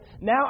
now